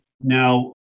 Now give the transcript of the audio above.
Now